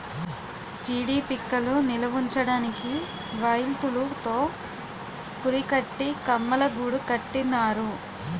జీడీ పిక్కలు నిలవుంచడానికి వౌల్తులు తో పురికట్టి కమ్మలగూడు కట్టినారు